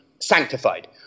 sanctified